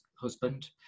husband